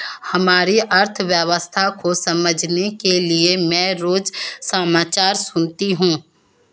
हमारी अर्थव्यवस्था को समझने के लिए मैं रोज समाचार सुनती हूँ